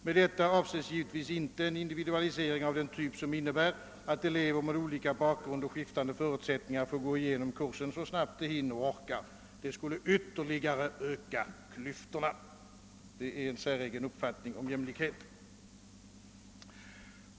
Med detta avses givetvis inte en individualisering av den typ som innebär, att elever med olika bakgrund och skiftande förutsättningar får gå igenom kursen så snabbt de hinner och orkar; det skulle ytterligare öka klyftorna.» Det är en säregen uppfattning om jämlikhet.